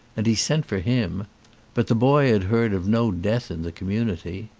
and he sent for him but the boy had heard of no death in the community.